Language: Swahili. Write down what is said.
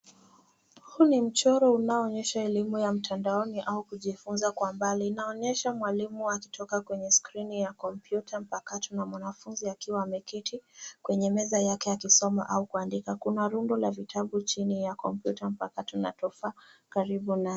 Huu ni mchoro unaoonyesha elimu ya mtandaoni au kujifunza kwa mbali. Inaonyesha mwalimu akitoka kwenye skrini ya kompyuta mpakato na mwanafunzi akiwa ameketi kwenye meza yake akisoma au kuandika. Kuna rundo la vitabu chini ya kompyuta mpakato na tofaha karibu naye.